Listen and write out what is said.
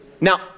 Now